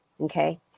okay